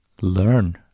learn